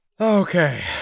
Okay